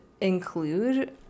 include